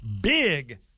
Big